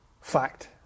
fact